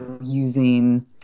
using